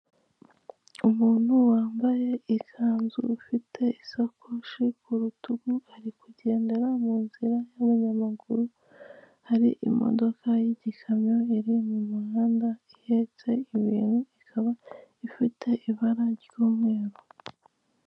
Umuntu wambaye ikanzu ufite isakoshi ku rutugu ari kugendera mu nzira y'abanyamaguru, hari imodoka y'igikamyo iri mu muhanda ihetse ibintu ikaba ifite ibara ry'umweru.